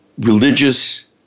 religious